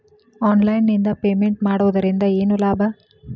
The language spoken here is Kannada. ಆನ್ಲೈನ್ ನಿಂದ ಪೇಮೆಂಟ್ ಮಾಡುವುದರಿಂದ ಏನು ಲಾಭ?